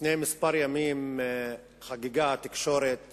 לפני כמה ימים חגגה התקשורת